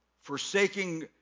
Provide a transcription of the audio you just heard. forsaking